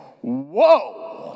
Whoa